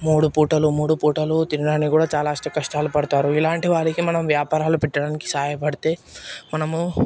మూడు పూటలు మూడు పూటలు తినడానికి కూడా చాలా అష్ట కష్టాలు పడతారు ఇలాంటి వారికి మనం వ్యాపారాలు పెట్టడానికి సహాయపడితే మనము